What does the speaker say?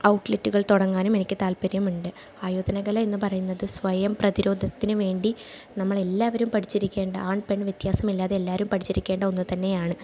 ഔട്ട്ലെറ്റുകൾ തുടങ്ങാനും എനിക്ക് താത്പര്യമുണ്ട് ആയോധന കല എന്ന് പറയുന്നത് സ്വയം പ്രതിരോധത്തിന് വേണ്ടി നമ്മളെല്ലാവരും പഠിച്ചിരിക്കേണ്ട ആൺ പെൺ വ്യത്യാസമില്ലാതെ എല്ലാവരും പഠിച്ചിരിക്കേണ്ട ഒന്നു തന്നെയാണ്